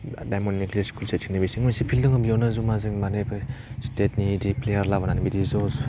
डायमन्डनि school सेर सेर बेथिं मोनसे फिल्द दङ बियावनो जमा जिम माने बेफोर स्टेटनि बिदि प्लेयार लाबोनानै बिदि जस